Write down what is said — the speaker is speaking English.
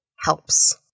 helps